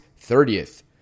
30th